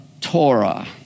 Torah